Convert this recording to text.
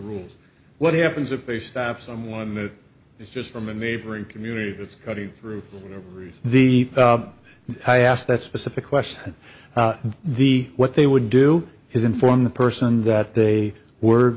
rules what happens if they stop someone that is just from a neighboring community that's cutting through the i asked that specific question the what they would do is inform the person that they were